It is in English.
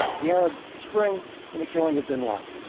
the arab spring and the killing of bin laden.